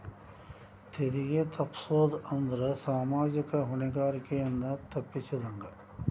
ತೆರಿಗೆ ತಪ್ಪಸೊದ್ ಅಂದ್ರ ಸಾಮಾಜಿಕ ಹೊಣೆಗಾರಿಕೆಯನ್ನ ತಪ್ಪಸಿದಂಗ